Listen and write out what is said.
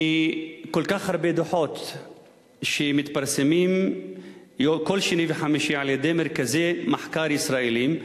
מכל כך הרבה דוחות שמתפרסמים כל שני וחמישי על-ידי מרכזי מחקר ישראליים,